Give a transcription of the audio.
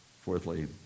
Fourthly